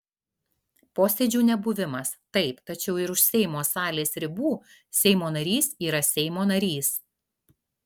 posėdžių nebuvimas taip tačiau ir už seimo salės ribų seimo narys yra seimo narys